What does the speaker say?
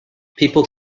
people